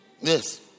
Yes